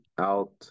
out